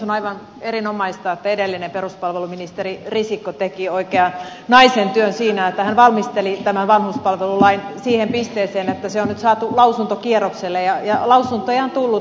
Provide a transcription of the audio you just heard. on aivan erinomaista että edellinen peruspalveluministeri risikko teki oikean naisen työn siinä että hän valmisteli tämän vanhuspalvelulain siihen pisteeseen että se on nyt saatu lausuntokierrokselle ja lausuntoja on tullut